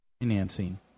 financing